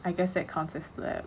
I guess that counts as lab